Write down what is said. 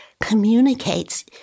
communicates